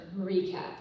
recap